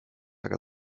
aga